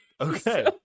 Okay